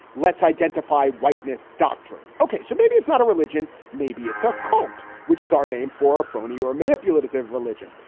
let's identify whiteness doctrine. ok, so maybe it's not a religion. maybe it's a cult, which is our name for a phony or manipulative religion.